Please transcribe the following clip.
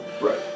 Right